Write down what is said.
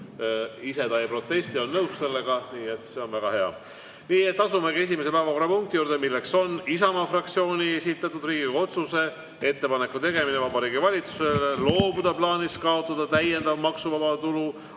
Ise ta ei protesti, on sellega nõus, nii et see on väga hea. Asumegi esimese päevakorrapunkti juurde, milleks on Isamaa fraktsiooni esitatud Riigikogu otsuse "Ettepaneku tegemine Vabariigi Valitsusele loobuda plaanist kaotada täiendav maksuvaba tulu